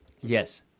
Yes